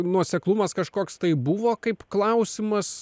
nuoseklumas kažkoks tai buvo kaip klausimas